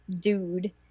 dude